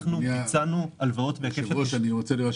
היקף הביצוע